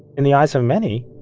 in the eyes of many,